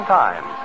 time